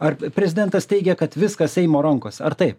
ar prezidentas teigia kad viskas seimo rankose ar taip